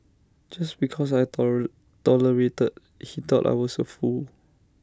just because I tolerated he thought I was A fool